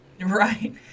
Right